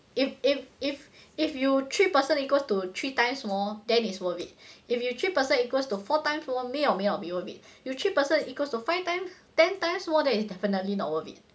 if if if if you three person equals to three times more than it's worth it if you three person equals to four times more may or may not be worth it you three person equal to five time ten times more then is definitely not worth it